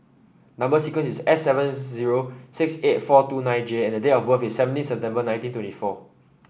number sequence is S seven zero six eight four two nine J and date of birth is seventeen September nineteen twenty four